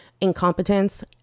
incompetence